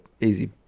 easy